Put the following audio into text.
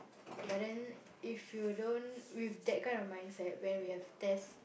but then if you don't with that kind of mindset when we have test